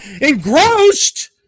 engrossed